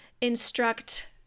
instruct